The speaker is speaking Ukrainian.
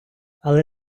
але